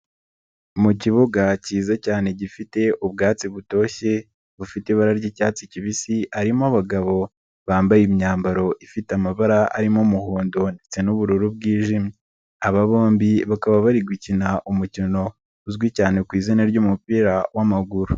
Mu kibuga kiza cyane gifite ubwatsi butoshye, bufite ibara ry'icyatsi kibisi, harimo abagabo bambaye imyambaro ifite amabara arimo umuhondo ndetse n'ubururu bwijimye .Aba bombi bakaba bari gukina umukino uzwi cyane ku izina ry'umupira w'amaguru.